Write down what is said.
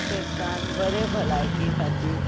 क्षेत्रांत बरे भलायकी खातीर